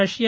Russia